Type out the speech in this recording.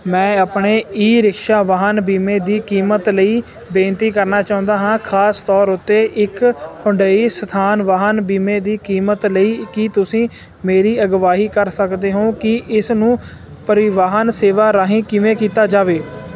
ਮੈਂ ਆਪਣੇ e rickshaw ਵਾਹਨ ਬੀਮੇ ਦੀ ਕੀਮਤ ਲਈ ਬੇਨਤੀ ਕਰਨਾ ਚਾਹੁੰਦਾ ਹਾਂ ਖਾਸ ਤੌਰ ਉੱਤੇ ਇੱਕ ਹੁੰਡਈ ਸਥਾਨ ਵਾਹਨ ਬੀਮੇ ਦੀ ਕੀਮਤ ਲਈ ਕੀ ਤੁਸੀਂ ਮੇਰੀ ਅਗਵਾਈ ਕਰ ਸਕਦੇ ਹੋ ਕਿ ਇਸ ਨੂੰ ਪਰਿਵਾਹਨ ਸੇਵਾ ਰਾਹੀਂ ਕਿਵੇਂ ਕੀਤਾ ਜਾਵੇ